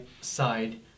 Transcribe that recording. side